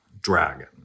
dragon